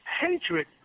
hatred